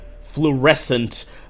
fluorescent